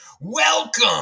Welcome